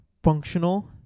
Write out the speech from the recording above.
functional